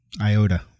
iota